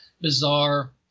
bizarre